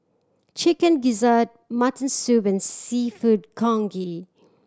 Chicken Gizzard mutton soup and Seafood Congee